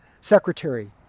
secretary